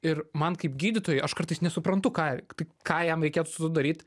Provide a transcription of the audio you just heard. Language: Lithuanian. ir man kaip gydytojui aš kartais nesuprantu ką tai ką jam reikėtų tada daryt